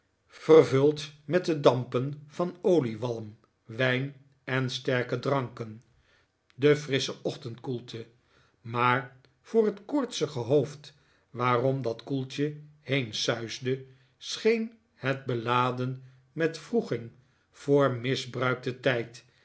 vervuld met de dampen van oliewalm wijn en sterke dranken de frissche ochtendkoelte maar voor het kooftsige hoofd waarom dat koeltje heensuisde scheen het beladen met wroeging voor misbruikten tijd